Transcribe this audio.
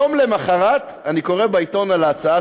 יום למחרת אני קורא בעיתון על ההצעה